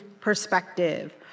perspective